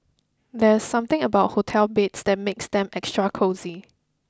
there's something about hotel beds that makes them extra cosy